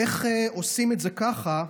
איך עושים את ככה?